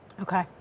Okay